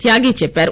త్యాగి చెప్పారు